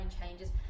changes